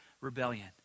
rebellion